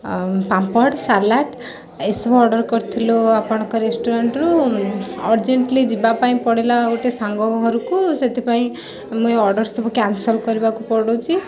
ଆଉ ପାମ୍ପଡ଼ ସାଲାଡ଼୍ ଏଇ ସବୁ ଅର୍ଡ଼ର୍ କରିଥିଲୁ ଆପଣଙ୍କ ରେଷ୍ଟୁରାଣ୍ଟ୍ରୁ ଅର୍ଜେଣ୍ଟଲି ଯିବାପାଇଁ ପଡ଼ିଲା ଗୋଟିଏ ସାଙ୍ଗ ଘରକୁ ସେଥିପାଇଁ ଆମେ ଅର୍ଡ଼ର୍ ସବୁ କ୍ୟାନ୍ସଲ୍ କରିବାକୁ ପଡୁଛି